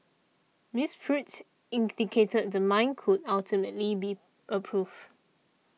Miss Pruitt indicated the mine could ultimately be approved